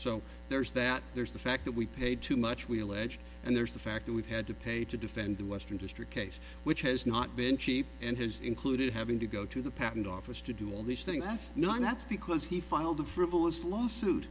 so there's that there's the fact that we paid too much we allege and there's the fact that we've had to pay to defend the western district case which has not been cheap and has included having to go to the patent office to do all these things that's nothing that's because he filed a frivolous lawsuit